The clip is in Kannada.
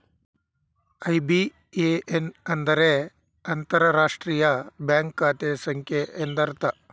ಐ.ಬಿ.ಎ.ಎನ್ ಅಂದರೆ ಅಂತರರಾಷ್ಟ್ರೀಯ ಬ್ಯಾಂಕ್ ಖಾತೆ ಸಂಖ್ಯೆ ಎಂದರ್ಥ